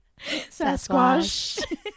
Sasquatch